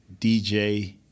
DJ